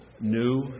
new